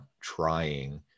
trying